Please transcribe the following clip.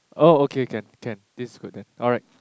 oh okay can can this is good then alright